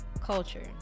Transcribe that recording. culture